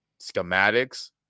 schematics